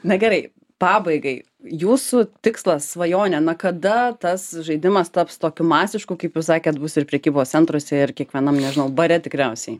na gerai pabaigai jūsų tikslas svajonė na kada tas žaidimas taps tokiu masišku kaip jūs sakėt bus ir prekybos centruose ir kiekvienam nežinau bare tikriausiai